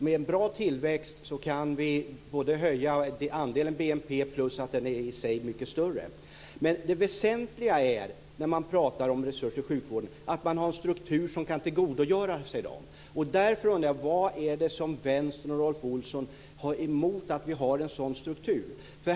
Med bra tillväxt kan vi höja andelen BNP samtidigt som den är mycket större. Men det väsentliga när man pratar om resurser till sjukvården är att man har en struktur som kan tillgodogöra sig dem. Därför undrar jag: Vad är det som Vänstern och Rolf Olsson har emot att vi har en sådan struktur?